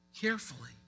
carefully